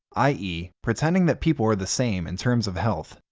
i e. pretending that people are the same in terms of health,